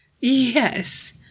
Yes